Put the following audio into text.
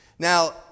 Now